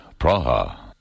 Praha